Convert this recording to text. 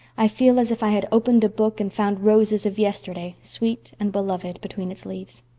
i feel as if i had opened a book and found roses of yesterday, sweet and beloved, between its leaves.